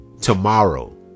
tomorrow